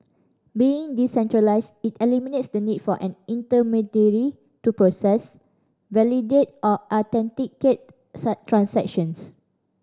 being decentralised it eliminates the need for an intermediary to process validate or authenticate transactions